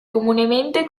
comunemente